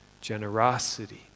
generosity